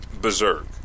berserk